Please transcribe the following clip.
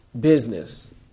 business